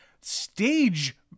stage